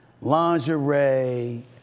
Lingerie